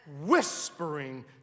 whispering